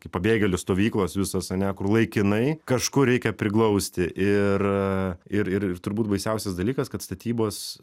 kaip pabėgėlių stovyklos visos ane kur laikinai kažkur reikia priglausti ir ir ir ir turbūt baisiausias dalykas kad statybos